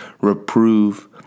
reprove